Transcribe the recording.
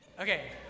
Okay